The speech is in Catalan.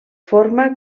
forma